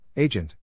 Agent